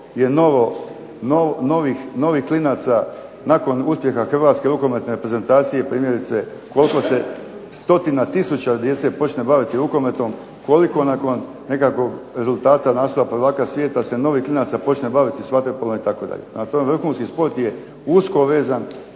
je novih klinaca nakon uspjeha Hrvatske rukometne reprezentacije, primjerice koliko se stotina tisuća djece počne baviti rukometom, koliko nakon nekakvog rezultata naslova prvaka svijeta se novih klinaca počne baviti s vaterpolom itd. Prema tome, vrhunski sport je usko vezan